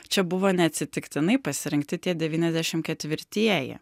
čia buvo neatsitiktinai pasirinkti tie devyniasdešim ketvirtieji